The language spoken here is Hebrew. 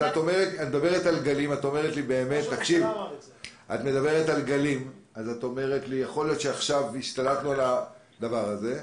את אומרת לי שיכול להיות שעכשיו השתלטנו על זה,